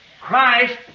Christ